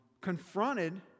confronted